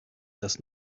das